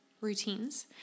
routines